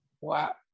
Wow